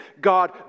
God